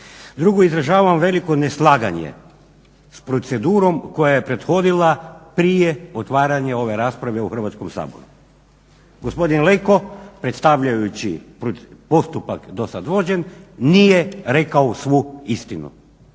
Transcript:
Drugo, izražavam veliko neslaganje s procedurom koja je prethodila prije otvaranja ove rasprave u Hrvatskom saboru. Gospodin Leko predstavljajući postupak dosad vođen nije rekao svu istinu.